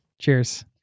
Cheers